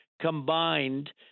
combined